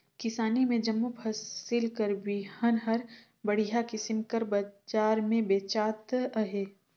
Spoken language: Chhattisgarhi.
किसानी में जम्मो फसिल कर बीहन हर बड़िहा किसिम कर बजार में बेंचात अहे